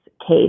case